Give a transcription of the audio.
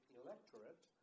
electorate